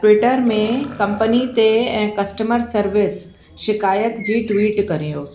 Twitter में company ते ऐं कस्टमर सर्विस शिकायत जी ट्वीट कयो